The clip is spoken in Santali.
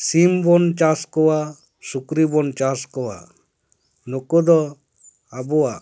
ᱥᱤᱢ ᱵᱚᱱ ᱪᱟᱥ ᱠᱚᱣᱟ ᱥᱩᱠᱨᱤ ᱵᱚᱱ ᱪᱟᱥ ᱠᱚᱣᱟ ᱱᱩᱠᱩ ᱫᱚ ᱟᱵᱚᱣᱟᱜ